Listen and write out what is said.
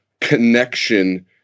connection